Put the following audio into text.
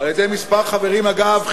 על-ידי כמה חברים, אגב חלקם,